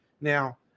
now